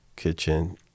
kitchen